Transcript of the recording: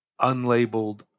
unlabeled